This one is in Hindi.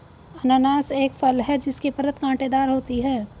अनन्नास एक फल है जिसकी परत कांटेदार होती है